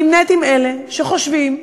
נמנית עם אלה שחושבים,